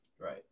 right